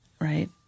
right